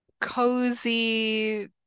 cozy